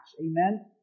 Amen